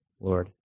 Lord